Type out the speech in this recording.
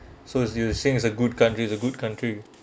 so you saying it's a good countries a good country